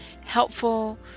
helpful